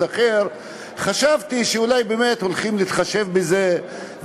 אחר חשבתי שאולי באמת הולכים להתחשב בזה,